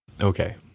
Okay